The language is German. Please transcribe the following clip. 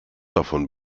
davon